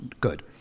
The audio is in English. Good